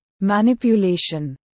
manipulation